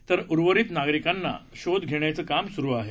तर उर्वरित नागरिकांचा शोध घेण्याचे काम सुरू आहे